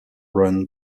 run